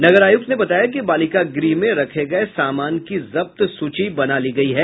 नगर आयुक्त ने बताया कि बालिका गृह में रखे गये समान की जब्त सूची बना ली गयी है